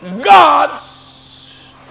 God's